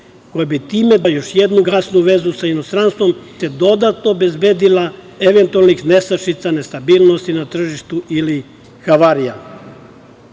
koja bi time dobila još jednu gasnu vezu sa inostranstvom i time se dodatno obezbedila od eventualnih nestašica, nestabilnosti na tržištu ili havarija.